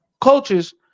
coaches